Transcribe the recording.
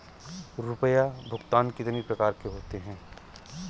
रुपया भुगतान कितनी प्रकार के होते हैं?